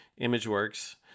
Imageworks